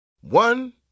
One